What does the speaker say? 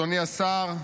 אדוני השר,